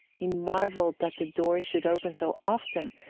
he marvelled that the door should open so often,